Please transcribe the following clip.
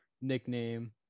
nickname